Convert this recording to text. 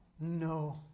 No